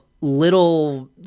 little